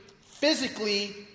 Physically